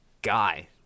guy